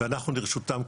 ואנחנו לרשותם,